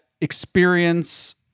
experience